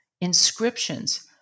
inscriptions